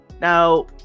Now